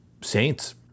Saints